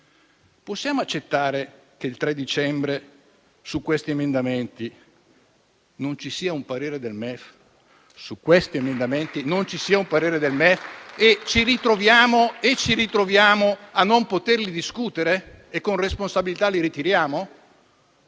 possiamo accettare che il 3 dicembre su questi emendamenti non ci sia ancora un parere del MEF e ci ritroviamo a non poterli discutere? Con responsabilità li ritiriamo,